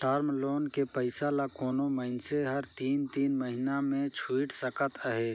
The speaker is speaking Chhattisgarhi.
टर्म लोन के पइसा ल कोनो मइनसे हर तीन तीन महिना में छुइट सकत अहे